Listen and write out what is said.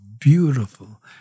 beautiful